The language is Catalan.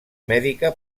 mèdica